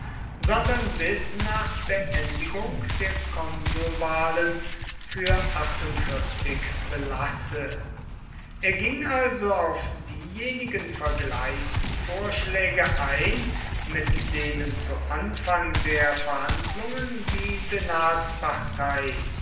sondern bis nach beendigung der konsulwahlen für belasse er ging also auf diejenigen vergleichsvorschläge ein mit denen zu anfang der verhandlungen die